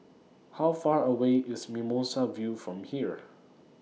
How Far away IS Mimosa View from here